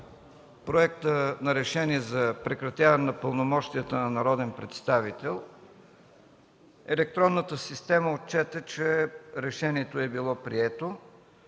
Проектът за решение за прекратяване на пълномощията на народен представител, електронната система отчете, че решението е било прието,